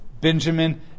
Benjamin